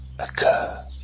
Occur